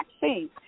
vaccine